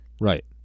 Right